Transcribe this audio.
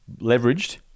leveraged